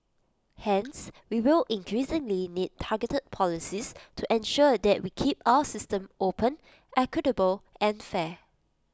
hence we will increasingly need targeted policies to ensure that we keep our system open equitable and fair